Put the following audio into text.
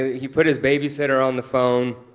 he put his babysitter on the phone,